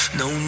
no